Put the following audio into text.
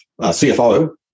CFO